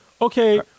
okay